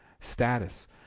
status